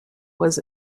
was